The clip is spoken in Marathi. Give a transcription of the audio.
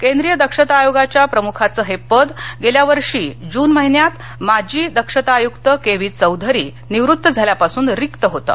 केंद्रीय दक्षता आयोगाच्या प्रमुखाचं हे पद गेल्या वर्षी जून महिन्यात माजी दक्षता आयुक्त के व्ही चौधरी निवृत्त झाल्यापासून रिक्त होतं